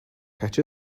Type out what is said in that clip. catch